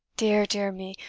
dear, dear me,